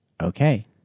okay